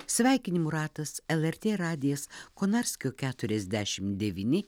sveikinimų ratas lrt radijas konarskio keturiasdešim devyni